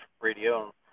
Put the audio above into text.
Radio